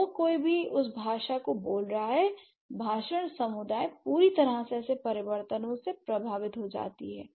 जो कोई भी उस भाषा को बोल रहा है भाषण समुदाय पूरी तरह से ऐसे परिवर्तनों से प्रभावित हो जाती है